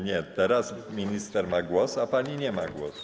Nie, teraz minister ma głos, a pani nie ma głosu.